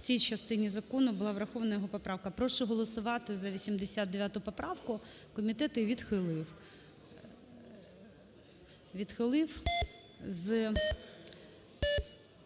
в цій частині закону була врахована його поправка. Прошу голосувати за 89 поправку. Комітет її відхилив. Відхилив з